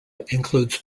includes